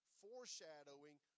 foreshadowing